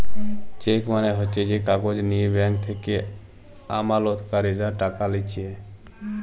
check মালে হচ্যে যে কাগজ লিয়ে ব্যাঙ্ক থেক্যে আমালতকারীরা টাকা লিছে